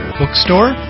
bookstore